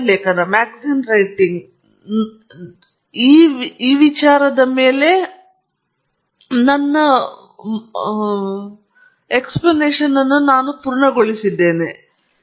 ಆದ್ದರಿಂದ ಮೊದಲ ಗ್ಲಾನ್ಸ್ ನಾವೇ ಪೇಸ್ ಒಂದು ರೀತಿಯಲ್ಲಿ ಈ ಪ್ರತಿಯೊಂದು ವಿಷಯಗಳಿಗೆ ಸುಮಾರು ಹತ್ತು ನಿಮಿಷಗಳನ್ನು ಹೊಂದಿಸುವುದು ಮತ್ತು ನೀವು ನೋಡುವಂತೆ ನಾವು ಸುಮಾರು ಹತ್ತು ನಿಮಿಷಗಳನ್ನು ಪೂರ್ಣಗೊಳಿಸಿದ್ದೇವೆ ನಾವು ಆ ಮೊದಲ ವಿಷಯವನ್ನು ನೋಡಿದ್ದೇವೆ